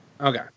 Okay